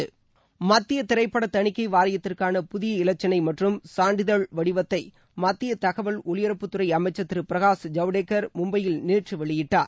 ஜவ்டேகர் புதிய இலச்சினை மத்திய திரைப்பட தணிக்கை வாரியத்திற்கான புதிய இலச்சினை மற்றும் சான்றிதழ் வடிவத்தை மத்திய தகவல் ஒலிபரப்புத்துறை அமைச்சர் திரு பிரகாஷ் ஜவ்டேகர் மும்பையில் நேற்று வெளியிட்டார்